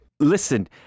Listen